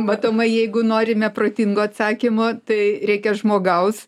matomai jeigu norime protingo atsakymo tai reikia žmogaus